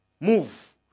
move